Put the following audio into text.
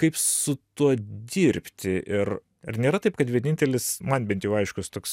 kaip su tuo dirbti ir ar nėra taip kad vienintelis man bent jau aiškus toks